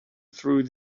through